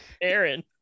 Aaron